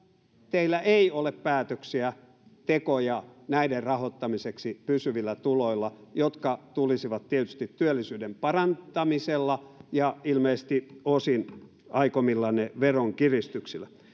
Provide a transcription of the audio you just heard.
teillä ei ole päätöksiä tekoja näiden rahoittamiseksi pysyvillä tuloilla jotka tulisivat tietysti työllisyyden parantamisella ja ilmeisesti osin aikomillanne veronkiristyksillä